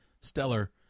stellar